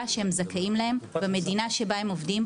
שהם זכאים להם במדינה שבה הם עובדים.